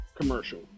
commercial